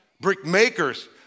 brickmakers